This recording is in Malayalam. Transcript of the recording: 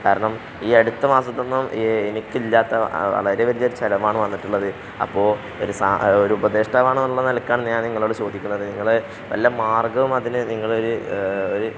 കാരണം ഈ അടുത്ത മാസത്തൊന്നും എ എനിക്ക് ഇല്ലാത്ത വളരെ വലിയൊരു ചിലവാണ് വന്നിട്ടുള്ളത് അപ്പോൾ ഒരു സ ഒരു ഉപദേഷ്ട്ടാവാണെന്നുള്ള നിലക്കാണ് ഞാൻ നിങ്ങളോട് ചോദിക്കുന്നത് നിങ്ങൾ വല്ല മാർഗ്ഗവും അതിന് നിങ്ങൾ ഒരു ഒരു